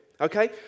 Okay